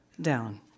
down